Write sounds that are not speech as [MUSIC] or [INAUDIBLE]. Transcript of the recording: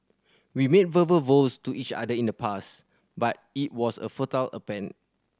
we made verbal vows to each other in the past but it was a futile [UNINTELLIGIBLE]